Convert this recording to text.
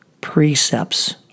Precepts